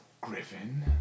Griffin